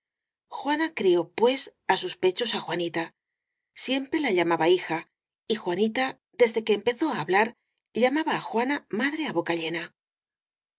juana crió pues á sus pechos á juanita siempre la llamaba hija y juanita desde que empezó á hablar llama ba á juana madre á boca llena